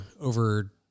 over